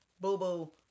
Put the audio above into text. boo-boo